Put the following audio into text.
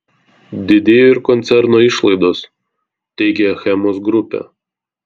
didėjo ir koncerno išlaidos teigia achemos grupė